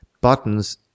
buttons